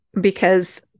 because-